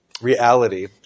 reality